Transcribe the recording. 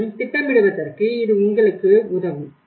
மேலும் திட்டமிடுவதற்கு இது உங்களுக்கு உதவும்